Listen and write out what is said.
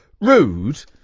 rude